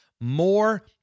more